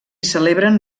celebren